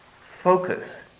focus